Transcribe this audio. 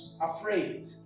afraid